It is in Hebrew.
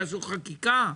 שיעשו חקיקה.